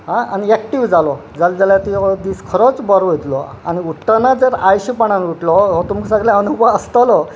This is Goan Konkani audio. आनी एक्टीव जालो जाल् जाल्यार ती दीस खरोच बरो वयतलो आनी उट्टाना जर आळशीपणान उटलो हो तुमकां सगळे अनुभव आसतलो